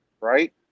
right